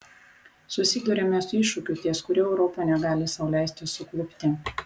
susiduriame su iššūkiu ties kuriuo europa negali sau leisti suklupti